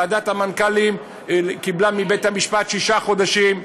ועדת המנכ"לים קיבלה מבית-המשפט שישה חודשים.